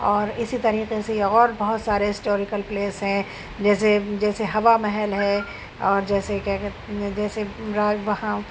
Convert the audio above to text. اور اسی طریقے سے اور بہت سارے ہسٹوریکل پلیس ہیں جیسے جیسے ہوا محل ہے جیسے کیا کہہ جیسے